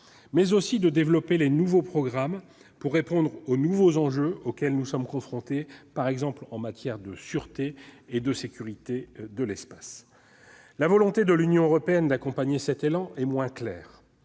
mais aussi de développer de nouveaux programmes, pour répondre aux nouveaux enjeux auxquels nous sommes confrontés, par exemple en matière de sûreté et de sécurité de l'espace. La volonté de l'Union européenne d'accompagner cet élan est moins claire.